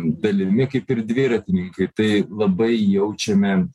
dalimi kaip ir dviratininkai tai labai jaučiame